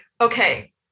okay